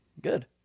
good